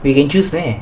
we can choose meh